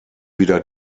wieder